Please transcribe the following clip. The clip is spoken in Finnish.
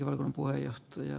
arvoisa puhemies